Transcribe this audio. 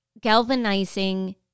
galvanizing